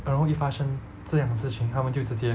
然后一发生这样的事情他们就直接